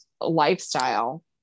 lifestyle